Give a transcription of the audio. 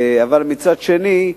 ומצד שני,